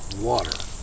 water